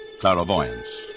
clairvoyance